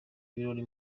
ibirori